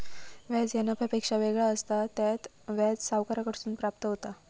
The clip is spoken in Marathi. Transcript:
व्याज ह्या नफ्यापेक्षा वेगळा असता, त्यात व्याज सावकाराकडसून प्राप्त होता